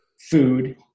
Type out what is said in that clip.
food